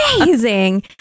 amazing